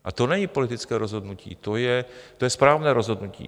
A to není politické rozhodnutí, to je správné rozhodnutí.